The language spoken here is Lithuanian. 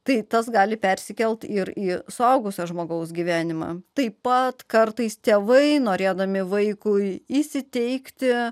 tai tas gali persikelti ir į suaugusio žmogaus gyvenimą taip pat kartais tėvai norėdami vaikui įsiteikti